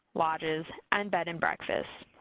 lodges, and bed and breakfasts.